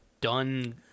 done